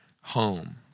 home